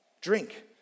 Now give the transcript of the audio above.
drink